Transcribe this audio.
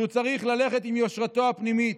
שהוא צריך ללכת עם יושרתו הפנימית.